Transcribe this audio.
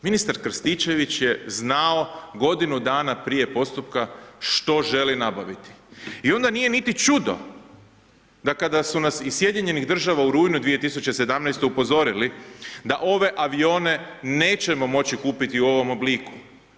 Ministar Krstičević je znao godinu dana prije postupka što želi nabaviti i onda nije niti čudo da kada su nas iz Sjedinjenih Država u rujnu 2017. upozorili da ove avione nećemo moći kupiti u ovom obliku.